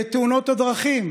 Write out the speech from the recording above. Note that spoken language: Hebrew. בתאונות הדרכים,